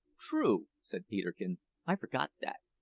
true, said peterkin i forgot that.